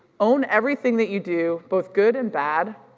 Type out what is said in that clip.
own everything that you do, both good and bad,